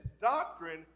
doctrine